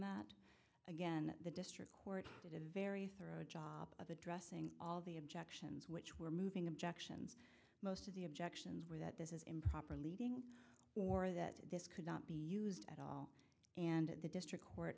that again the district court did a very thorough job of addressing all the objects which were moving objections most of the objections were that this is improper leading or that this could not be used at all and the district